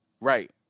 right